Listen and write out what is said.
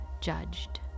judged